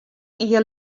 jier